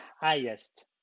highest